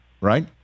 Right